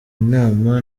inama